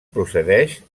procedeix